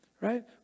Right